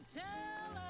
tell